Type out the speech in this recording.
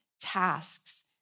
tasks